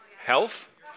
Health